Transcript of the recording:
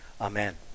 Amen